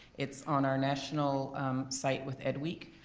it's on our national site with edweek.